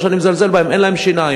לא שאני מזלזל בהם, אין להם שיניים.